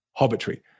Hobbitry